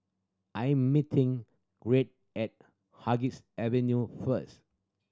I am meeting Gregg at Avenue first